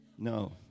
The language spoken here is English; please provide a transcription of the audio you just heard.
No